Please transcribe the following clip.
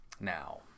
Now